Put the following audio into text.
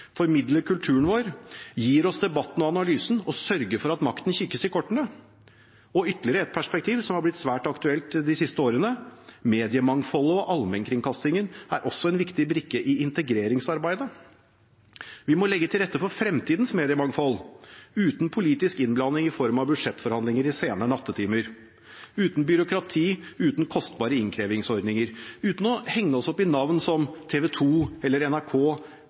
kulturen vår, gir oss debatten og analysen og sørger for at makten kikkes i kortene? Og ytterligere et perspektiv, som har blitt svært aktuelt de siste årene: Mediemangfoldet og allmennkringkastingen er også en viktig brikke i integreringsarbeidet. Vi må legge til rette for fremtidens mediemangfold, uten politisk innblanding i form av budsjettforhandlinger i sene nattetimer, uten byråkrati, uten kostbare innkrevingsordninger, uten å henge oss opp i navn som TV 2 eller NRK